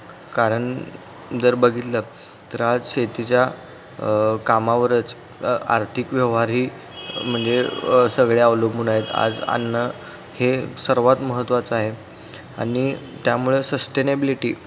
कारण जर बघितलं तर आज शेतीच्या कामावरच आर्थिक व्यवहारही म्हणजे सगळे अवलंबून आहेत आज अन्न हे सर्वात महत्त्वाचं आहे आणि त्यामुळे सस्टेनेबिलिटी